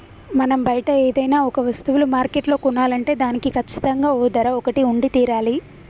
మనం బయట ఏదైనా ఒక వస్తువులు మార్కెట్లో కొనాలంటే దానికి కచ్చితంగా ఓ ధర ఒకటి ఉండి తీరాలి